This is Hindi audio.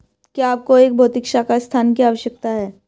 क्या आपको एक भौतिक शाखा स्थान की आवश्यकता है?